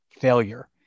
failure